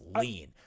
lean